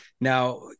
now